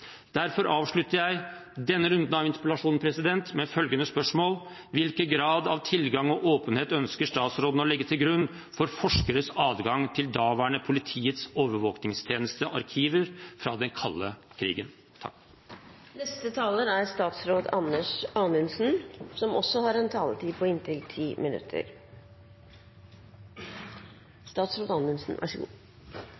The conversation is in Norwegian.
Derfor avslutter jeg denne runden av interpellasjonen med følgende spørsmål: Hvilken grad av tilgang og åpenhet ønsker statsråden å legge til grunn for forskeres adgang til daværende Politiets overvåkningstjenestes arkiver fra den kalde krigen?